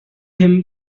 him